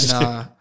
no